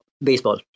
Baseball